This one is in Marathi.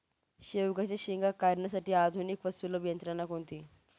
शेवग्याच्या शेंगा काढण्यासाठी आधुनिक व सुलभ यंत्रणा कोणती?